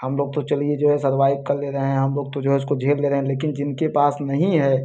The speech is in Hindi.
हम लोग तो चलिए जो है सरवाईव कर ले रहे हैं हम लोग तो जो है उसको झेल ले रहे हैं लेकिन जिनके पास नहीं है